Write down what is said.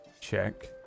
check